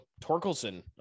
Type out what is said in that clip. Torkelson